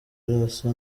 arasa